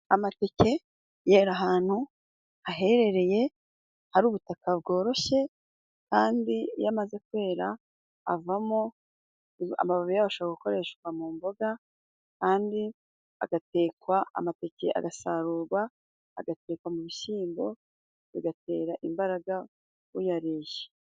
Amateke yera ahantu hahehereye hari ubutaka bworoshye, kandi iyo amaze kwera avamo amababi yayo ashobora gukoreshwa mu mboga, kandi agatekwa amateke agasarurwa agatekwa mu bishyimbo bigatera imbaraga uyariye.